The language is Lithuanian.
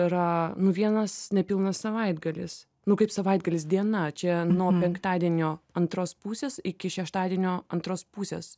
yra nu vienas nepilnas savaitgalis nu kaip savaitgalis diena čia nuo penktadienio antros pusės iki šeštadienio antros pusės